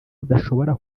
udashobora